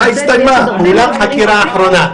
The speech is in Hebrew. אז מתי הסתיימה פעולת החקירה האחרונה?